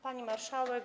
Pani Marszałek!